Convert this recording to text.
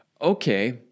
okay